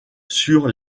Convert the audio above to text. sur